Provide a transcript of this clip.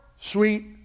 sweet